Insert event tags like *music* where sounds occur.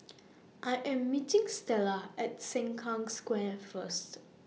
*noise* I Am meeting Stella At Sengkang Square First